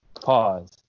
Pause